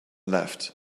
left